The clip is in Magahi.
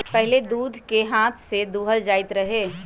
पहिले दूध के हाथ से दूहल जाइत रहै